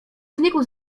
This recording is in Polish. znikł